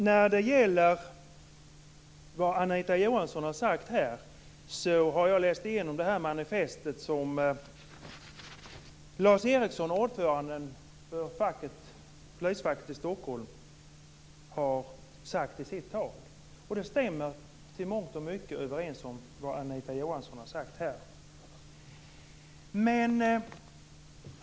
När det gäller vad Anita Johansson här har sagt har jag läst igenom manifestet och vad Lars Eriksson, ordföranden för polisfacket i Stockholm, har sagt i sitt tal. Det stämmer till mångt och mycket med vad Anita Johansson här har sagt.